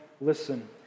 listen